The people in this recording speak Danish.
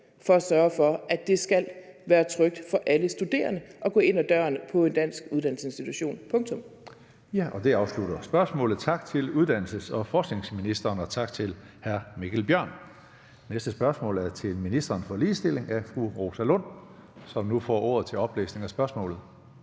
for at sørge for, at det skal være trygt for alle studerende at gå ind ad døren på en dansk uddannelsesinstitution